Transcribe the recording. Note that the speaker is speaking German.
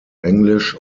englisch